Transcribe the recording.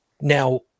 Now